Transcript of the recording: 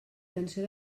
tensió